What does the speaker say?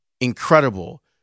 incredible